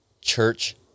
church